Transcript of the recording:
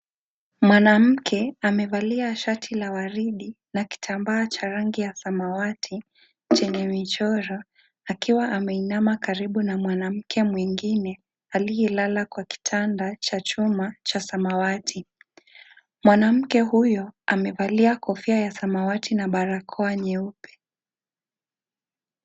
Mwanamke amevalia shati la waridi na kitambaa cha rangi ya samawati chenye michoro akiwa ameinama karibu na mwanamke mwingine aliyelala kwa kitanda cha chuma cha samawati. Mwanamke huyo amevalia kofia ya samawati na barakoa nyeupe.